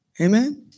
Amen